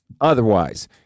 otherwise